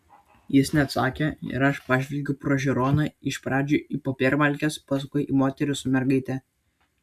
jis neatsakė ir aš pažvelgiau pro žiūroną iš pradžių į popiermalkes paskui į moterį su mergaite